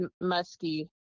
musky